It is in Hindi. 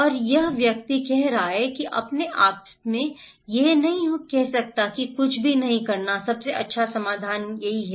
और वह व्यक्ति कह रहा है कि मैं अपने आप से यह नहीं कह सकता कि कुछ भी नहीं करना सबसे अच्छा समाधान नहीं है